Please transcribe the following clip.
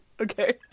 Okay